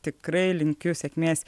tikrai linkiu sėkmės